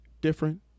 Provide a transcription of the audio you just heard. different